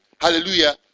Hallelujah